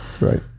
Right